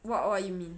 what what you mean